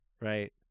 right